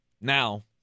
now